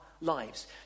lives